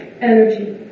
energy